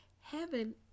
Heaven